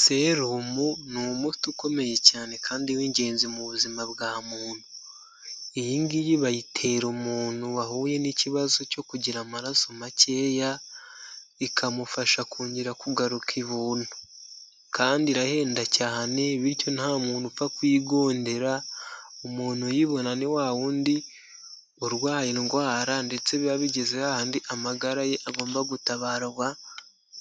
Serumu ni umuti ukomeye cyane kandi w'ingenzi mu buzima bwa muntu, iyi ngiyi bayitera umuntu wahuye n'ikibazo cyo kugira amaraso makeya ikamufasha kongera kugaruka ibuntu, kandi irahenda cyane bityo nta muntu upfa kwigondera, umuntu uyibona ni wa wundi urwaye indwara ndetse biba bigeze hahandi amagara ye agomba gutabarwa